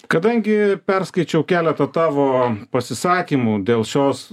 kadangi perskaičiau keletą tavo pasisakymų dėl šios